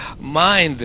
mind